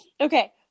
Okay